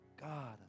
God